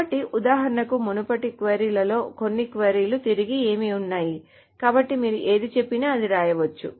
కాబట్టి ఉదాహరణకు మునుపటి క్వరీ లలో కొన్ని క్వరీ లు తిరిగి ఏమి ఉన్నాయి కాబట్టి మీరు ఏది చెప్పినా అది వ్రాయవచ్చు